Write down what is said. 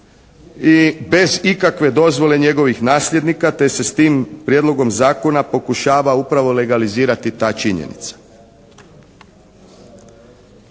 i bez ikakve dozvole njegovih nasljednika te se s tim prijedlogom zakona pokušava upravo legalizirati ta činjenica.